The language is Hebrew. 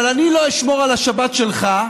אבל אני לא אשמור על השבת שלך,